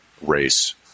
race